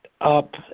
up